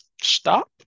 stop